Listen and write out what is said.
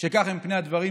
שכך הם פני הדברים.